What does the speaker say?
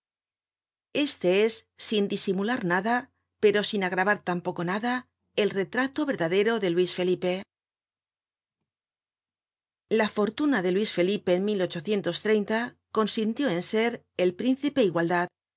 este es sin disimular nada pero sin agravar tampoco nada el retrato verdadero de luis felipe la fortuna de luis felipe en consistió en ser el